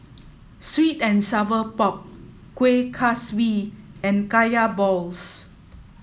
sweet and sour pork Kueh Kaswi and Kaya Balls